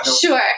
Sure